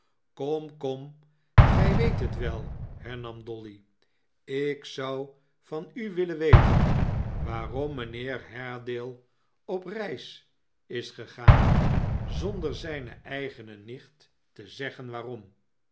skom kom gij weet het wel hernam dolly ik zou van u willen weten waarom mijnheer haredale op reis is gegaan de tempel der protest ants che vereeniging zonder zijne eigene nicht te zeggen waarom